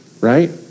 right